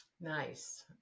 Nice